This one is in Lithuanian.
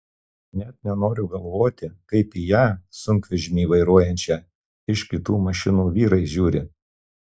net nenoriu galvoti kaip į ją sunkvežimį vairuojančią iš kitų mašinų vyrai žiūri